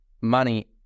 money